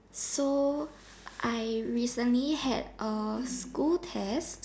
so I recently had a school test